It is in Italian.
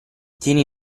tieni